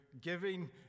giving